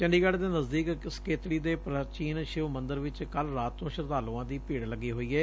ਚੰਡੀਗੜ ਦੇ ਨਜ਼ਦੀਕ ਸਕੇਤਤੀ ਦੇ ਪ੍ਾਚੀਨ ਸ਼ਿਵ ਮੰਦਰ ਵਿਚ ਕੱਲ ਰਾਤ ਤੋਂ ਸ਼ਰਧਾਲੁਆਂ ਦੀ ਭੀੜ ਲੱਗੀ ਹੋਈ ਏ